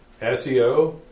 SEO